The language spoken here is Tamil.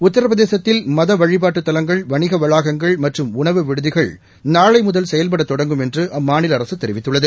உத்திரபிரதேசத்தில் வணிக வளாககங்ள் மதவழிபாட்டு தலங்கள் வணிக வளாகங்கள் மற்றும் உணவு விடுதிகள் நாளை முதல் செயல்பட தொடங்கும் என்று அம்மாநில அரசு தெரிவித்துள்ளது